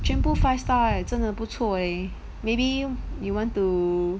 全部 five star eh 真的不错 leh maybe you want to